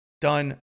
done